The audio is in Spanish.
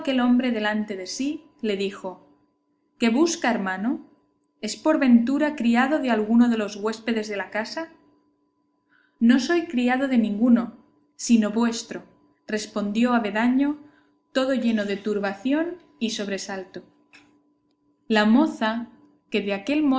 aquel hombre delante de sí le dijo qué busca hermano es por ventura criado de alguno de los huéspedes de casa no soy criado de ninguno sino vuestro respondió avendaño todo lleno de turbación y sobresalto la moza que de aquel